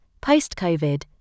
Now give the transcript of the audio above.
post-Covid